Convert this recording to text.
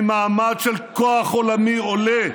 ממעמד של כוח עולמי עולה,